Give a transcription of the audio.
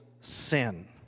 sin